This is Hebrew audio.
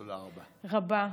תודה רבה.